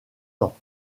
temps